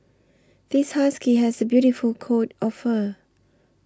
this husky has a beautiful coat of fur